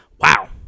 wow